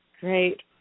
Great